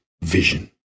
vision